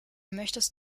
möchtest